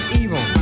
evil